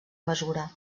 mesura